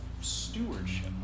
stewardship